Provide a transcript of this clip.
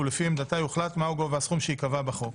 ולפי עמדתה יוחלט מהו גובה הסכום שייקבע בחוק.